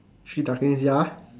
three ducklings ya